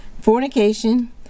fornication